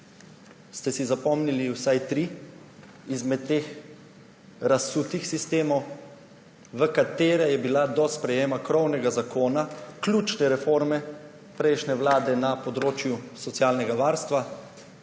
Ste si zapomnili vsaj tri izmed teh razsutih sistemov, v katere je bila do sprejetja krovnega zakona, ključne reforme prejšnje vlade na področju socialnega varstva,